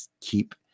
keep